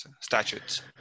statutes